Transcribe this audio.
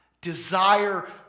desire